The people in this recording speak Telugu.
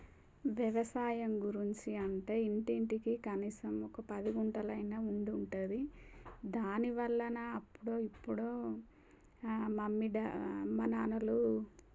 వ్యవసాయం గురించి అంటే ఇంటింటికి కనీసం ఒక పది గుంటలైన ఉండి ఉంటుంది దాని వలన అప్పుడో ఇప్పుడో మమ్మీ డా అమ్మా నాన్నలు